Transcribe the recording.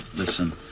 listen.